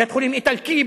בית-חולים איטלקי,